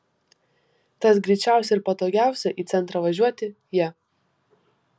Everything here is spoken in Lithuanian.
tad greičiausia ir patogiausia į centrą važiuoti ja